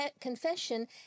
confession